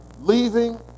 leaving